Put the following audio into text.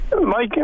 Mike